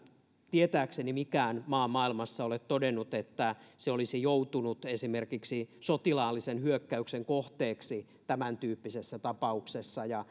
tietääkseni mikään maa maailmassa ole todennut että se olisi joutunut esimerkiksi sotilaallisen hyökkäyksen kohteeksi tämäntyyppisessä tapauksessa